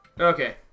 Okay